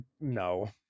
no